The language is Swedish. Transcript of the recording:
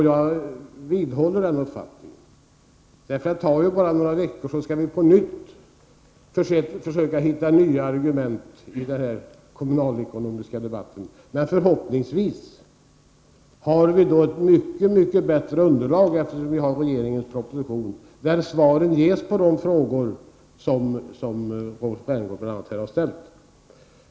Jag vidhåller den uppfattningen. Det dröjer ju bara några veckor, så skall vi på nytt försöka hitta nya argument i den kommunalekonomiska debatten. Förhoppningsvis har vi då ett mycket bättre underlag, eftersom vi då har fått regeringens proposition, där svaren på de frågor som bl.a. Rolf Rämgård här har ställt kommer att ges.